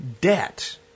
debt